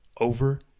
over